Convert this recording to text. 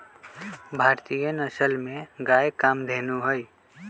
भारतीय नसल में गाय कामधेनु हई